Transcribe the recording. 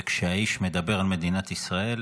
וכשהאיש מדבר על מדינת ישראל,